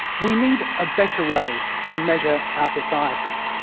we need a better way to measure our societies,